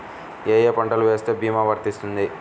ఏ ఏ పంటలు వేస్తే భీమా వర్తిస్తుంది?